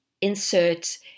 insert